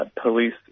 police